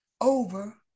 over